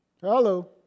Hello